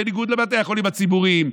בניגוד לבתי החולים הממשלתיים,